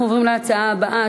אנחנו עוברים להצעה הבאה,